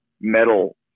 metal